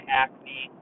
acne